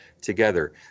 together